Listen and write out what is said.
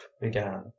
began